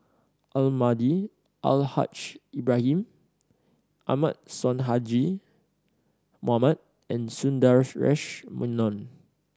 Almahdi Al Haj Ibrahim Ahmad Sonhadji Mohamad and Sundaresh Menon